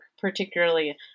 particularly